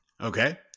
Okay